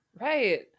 right